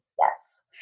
Yes